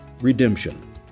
Redemption